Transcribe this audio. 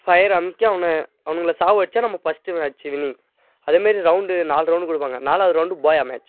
ஃபயரை அமுக்கி அவனை அவனுங்களை சாகடிச்சா நம்ம ஃபஸ்ட்டு மேட்ச்சி வின்னிங் அதேமாரி ரவுண்டு நாலு ரவுண்டு கொடுப்பாங்க நாலாவது ரவுண்டு போயா மேட்ச்